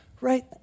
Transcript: right